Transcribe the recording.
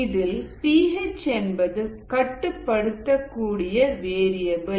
இதில் P H என்பது கட்டுப்படுத்தக்கூடிய வேரியபல்